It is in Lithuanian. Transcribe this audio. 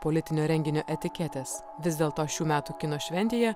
politinio renginio etiketės vis dėlto šių metų kino šventėje